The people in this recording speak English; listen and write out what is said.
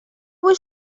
was